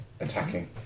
Attacking